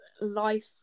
life